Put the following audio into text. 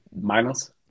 Minus